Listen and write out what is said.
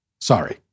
Sorry